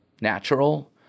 natural